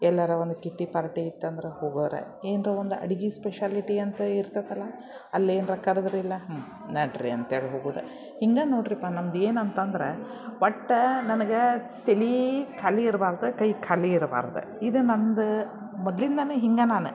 ಎಲ್ಲಾರೂ ಒಂದು kitty party ಇತ್ತಂದರೆ ಹೋಗೋರೇ ಏನರ ಒಂದು ಅಡಿಗೆ ಸ್ಪೆಷಾಲಿಟಿ ಅಂತ ಇರ್ತೈತಲ್ಲ ಅಲ್ಲೇನರ ಕರೆದ್ರಿಲ್ಲ ಹ್ಞೂ ನಡೀರಿ ಅಂತೇಳಿ ಹೋಗೂದೇ ಹಿಂಗೆ ನೋಡಿರಿಪ್ಪ ನಮ್ದು ಏನಂತಂದರೆ ಒಟ್ಟು ನನ್ಗೆ ತಲಿ ಖಾಲಿ ಇರ್ಬಾರ್ದು ಕೈ ಖಾಲಿ ಇರ್ಬಾರ್ದು ಇದು ನಂದು ಮೊದ್ಲಿಂದಲೂ ಹಿಂಗೆ ನಾನು